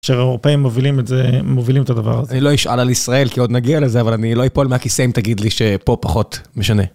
שהאירופאים מובילים את זה, מובילים את הדבר הזה. אני לא אשאל על ישראל כי עוד נגיע לזה, אבל אני לא איפול מהכיסא אם תגיד לי שפה פחות משנה.